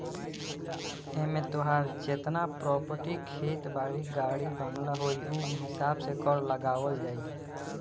एमे तोहार जेतना प्रापर्टी खेत बारी, गाड़ी बंगला होई उ हिसाब से कर लगावल जाई